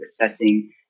assessing